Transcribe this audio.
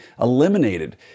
eliminated